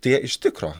tai jie iš tikro